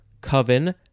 coven